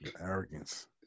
arrogance